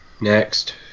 Next